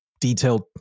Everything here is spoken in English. detailed